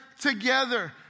together